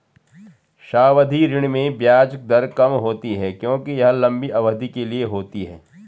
सावधि ऋण में ब्याज दर कम होती है क्योंकि यह लंबी अवधि के लिए होती है